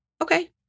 Okay